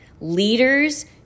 Leaders